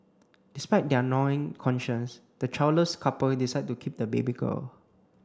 despite their gnawing conscience the childless couple decide to keep the baby girl